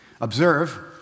Observe